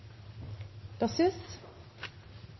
da